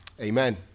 Amen